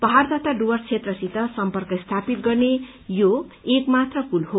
पहाड़ तथा डुवर्स क्षेत्रसित सम्पर्क स्थापित गर्ने यो एक मात्र पुल हो